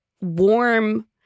warm